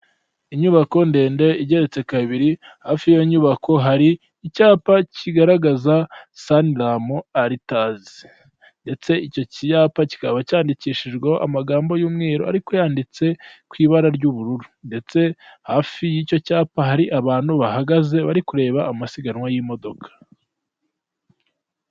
Inyubako ndende igeretse kabiri hafi y'iyo nyubako hari icyapa kigaragaza suramu aritazi, ndetse icyo cyapa kikaba cyandikishijweho amagambo y'umweru ariko yanditse ku ibara ry'ubururu, ndetse hafi y'icyo cyapa hari abantu bahagaze bari kureba amasiganwa y'imodoka.